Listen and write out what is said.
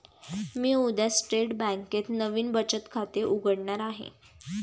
मी उद्या स्टेट बँकेत नवीन बचत खाते उघडणार आहे